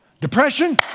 Depression